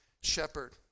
shepherd